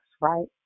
right